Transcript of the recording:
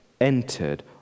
entered